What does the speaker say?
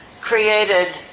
created